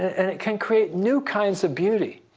and it can create new kinds of beauty.